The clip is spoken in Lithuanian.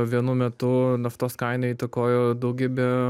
vienu metu naftos kainą įtakojo daugybė